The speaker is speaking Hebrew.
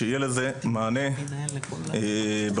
שיהיה לזה מענה ברור.